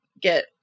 get